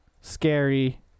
Scary